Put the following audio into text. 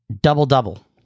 Double-double